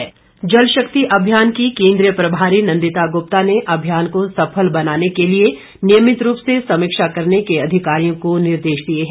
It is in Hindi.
जल शक्ति जल शक्ति अभियान की केंद्रीय प्रभारी नंदिता गुप्ता ने अभियान को सफल बनाने के लिए नियमित रूप से समीक्षा करने के अधिकारियों को निर्देश दिए है